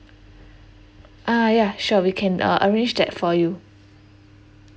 ah ya sure we can uh arrange that for you